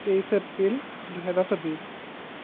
তেইছ এপ্ৰিল দুহেজাৰ চৌবিছ